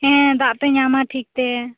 ᱦᱮᱸ ᱫᱟᱜ ᱯᱮ ᱧᱟᱢᱟ ᱴᱷᱤᱠ ᱛᱮ